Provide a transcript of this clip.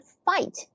fight